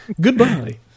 Goodbye